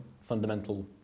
fundamental